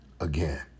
again